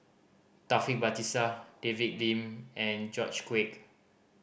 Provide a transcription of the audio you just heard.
Taufik Batisah David Lim and George Quek